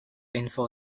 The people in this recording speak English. info